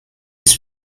his